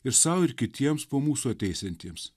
ir sau ir kitiems po mūsų ateisiantiems